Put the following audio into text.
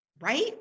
right